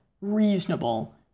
reasonable